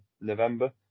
November